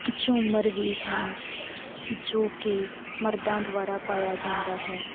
ਝੂਮਰ ਵੀ ਹਨ ਜੋ ਕਿ ਮਰਦਾਂ ਦੁਆਰਾ ਪਾਇਆ ਜਾਂਦਾ ਹੈ